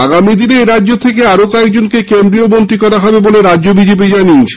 আগামী দিনে এ রাজ্য থেকে আরও কয়েকজনকে কেন্দ্রীয় মন্ত্রী করা হবে বলে রাজ্য বিজেপি জানিয়েছে